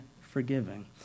forgiving